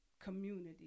community